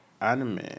anime